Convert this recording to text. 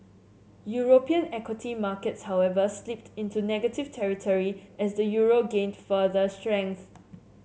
European equity markets however slipped into negative territory as the euro gained further strength